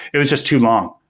it was just too long,